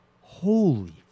holy